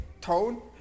tone